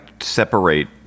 separate